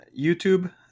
YouTube